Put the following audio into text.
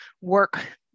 work